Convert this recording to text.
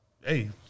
hey